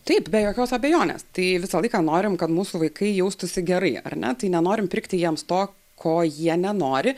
taip be jokios abejonės tai visą laiką norim kad mūsų vaikai jaustųsi gerai ar ne tai nenorim pirkti jiems to ko jie nenori